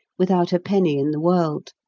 without a penny in the world.